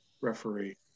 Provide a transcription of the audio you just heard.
referee